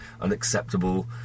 unacceptable